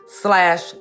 slash